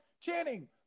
Channing